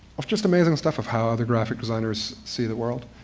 of just amazing stuff of how other graphic designers see the world.